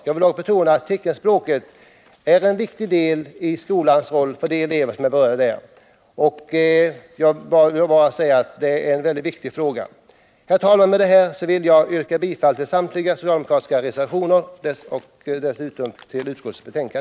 Jag vill dock betona att teckenspråket är en viktig del i skolans roll för de elever som är berörda därav, och jag vill nu bara säga att det är en väldigt viktig fråga. Herr talman! Med det här anförda vill jag yrka bifall till samtliga socialdemokratiska reservationer och i övrigt till utskottets hemställan.